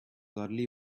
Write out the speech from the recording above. early